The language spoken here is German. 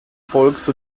volks